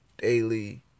daily